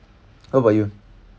what about you